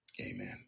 Amen